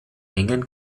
engen